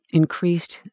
increased